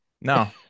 no